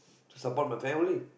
to support my family